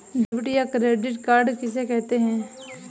Debit या credit card किसे कहते हैं?